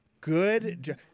good